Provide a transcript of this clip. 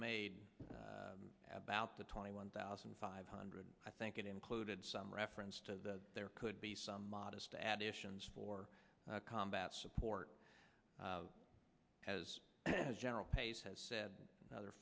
made about the twenty one thousand five hundred i think it included some reference to that there could be some modest admissions for combat support as general pace has said other